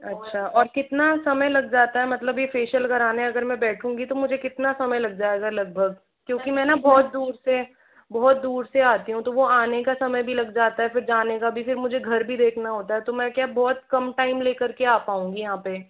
अच्छा और कितना समय लग जाता है मतलब ये फेशियल कराने अगर मैं बैठूँगी तो मुझे कितना समय लग जाएगा लगभग क्योंकि मैं न बहुत दूर से बहुत दूर से आती हूँ तो वो आने का समय भी लग जाता है फिर जाने का भी फिर मुझे घर भी देखना होता है तो मैं क्या बहुत कम टाइम लेकर के आ पाऊँगी यहाँ पे